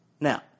Now